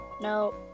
No